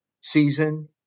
season